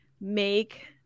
make